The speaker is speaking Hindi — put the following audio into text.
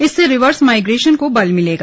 इससे रिवर्स माइग्रेशन को बल मिलेगा